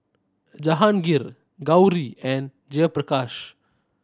Jehangirr Gauri and Jayaprakash